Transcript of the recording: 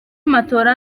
matola